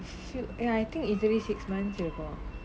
few ya I think easily six months before